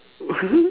what